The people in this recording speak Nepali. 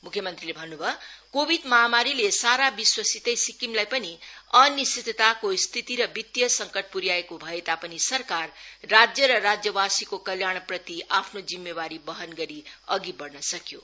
म्ख्य मंत्रीले भन्न् भयो कोविड महामारीले सारा विश्वसितै सिक्किमलाई पनि अनिश्चितता र वितीय संकट पुन्याएको भए तापनि सरकारले राज्य र राज्यवासीको कल्याणप्रति आफ्नो जिम्मेवारी वहन गरी अघि बढ्न सक्यो